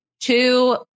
two